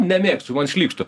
nemėgstu man šlykštu